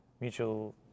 mutual